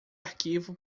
arquivo